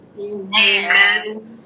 Amen